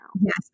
Yes